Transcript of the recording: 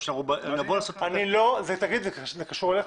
זה קשור אליך?